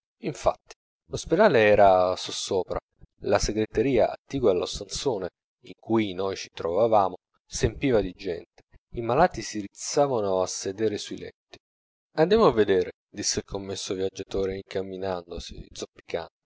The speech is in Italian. infatti lo spedale era sossopra la segreteria attigua allo stanzone in cui noi ci trovavamo s'empiva di gente i malati si rizzavano a sedere sui letti andiamo a vedere disse il commesso viaggiatore